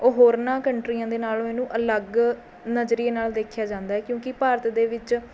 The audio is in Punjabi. ਉਹ ਹੋਰਨਾਂ ਕੰਟਰੀਆਂ ਦੇ ਨਾਲੋਂ ਇਹਨੂੰ ਅਲੱਗ ਨਜ਼ਰੀਏ ਨਾਲ਼ ਦੇਖਿਆ ਜਾਂਦਾ ਹੈ ਕਿਉਂਕਿ ਭਾਰਤ ਦੇ ਵਿੱਚ